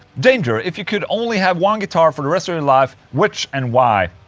danger if you could only have one guitar for the rest of your life, which and why?